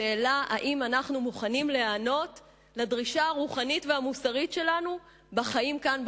השאלה אם אנחנו מוכנים להיענות לדרישה הרוחנית והמוסרית שלנו בחיים כאן,